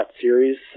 series